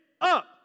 up